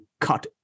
cut